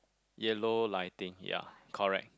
yellow lighting ya correct